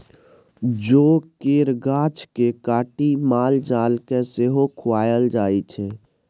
जौ केर गाछ केँ काटि माल जाल केँ सेहो खुआएल जाइ छै